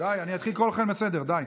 די, אני אתחיל לקרוא אתכם לסדר, די.